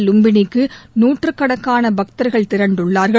லும்பினிக்கு நூற்றுக்கணக்கான பக்தர்கள் திரண்டுள்ளார்கள்